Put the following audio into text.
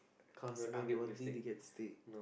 cause I've been wanting to get steak